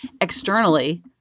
externally